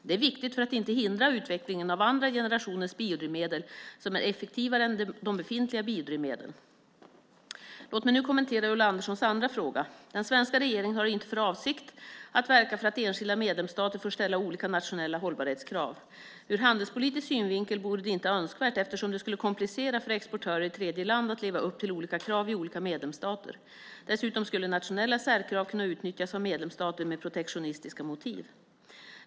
Det är viktigt för att inte hindra utvecklingen av andra generationens biodrivmedel som är effektivare än de befintliga biodrivmedlen. Låt mig nu kommentera Ulla Anderssons andra fråga. Den svenska regeringen har inte för avsikt att verka för att enskilda medlemsstater får ställa olika nationella hållbarhetskrav. Ur handelspolitisk synvinkel vore det inte önskvärt eftersom det skulle komplicera för exportörer i tredjeland att leva upp till olika krav i olika medlemsstater. Dessutom skulle nationella särkrav kunna utnyttjas av medlemsstater med protektionistiska motiv.